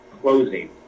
closing